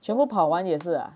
全部跑完也是啊